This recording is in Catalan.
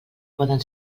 poden